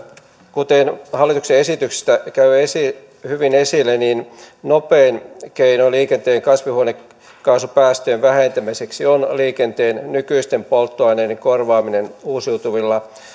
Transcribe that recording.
kuten hallituksen esityksestä käy hyvin esille nopein keino liikenteen kasvihuonekaasupäästöjen vähentämiseksi on liikenteen nykyisten polttoaineiden korvaaminen uusiutuvilla